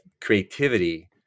creativity